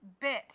bit